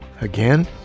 Again